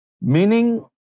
Meaning